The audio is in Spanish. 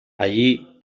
allí